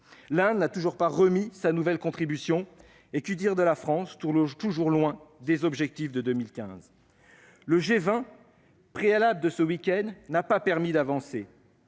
l'Inde n'a toujours pas remis sa nouvelle contribution. Que dire de la France, qui est toujours loin des objectifs de 2015 ? Le G20 préalable qui s'est tenu ce week-end n'a pas permis d'avancer,